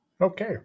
okay